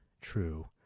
true